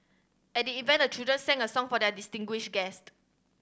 at the event a children sang a song for their distinguished guest